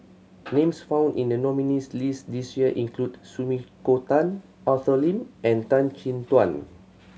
names found in the nominees' list this year includs Sumiko Tan Arthur Lim and Tan Chin Tuan